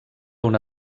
una